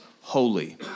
holy